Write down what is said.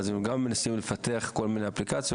והם גם מנסים לפתח כל מיני אפליקציות